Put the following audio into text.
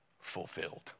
fulfilled